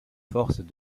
forces